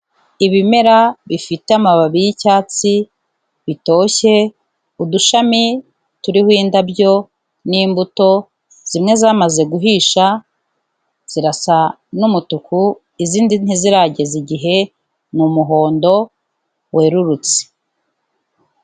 Ibimera bifite amababi y'icyatsi bitoshye, udushami turiho indabyo n'imbuto, zimwe zamaze guhisha zirasa n'umutuku, izindi ntizirageza igihe, ni umuhondo werurutse.